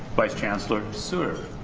vice chancellor sort of